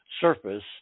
surface